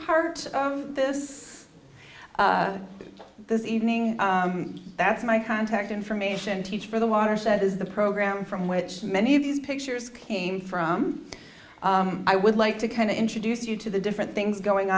part of this this evening that's my contact information teach for the watershed is the program from which many of these pictures came from i would like to kind of introduce you to the different things going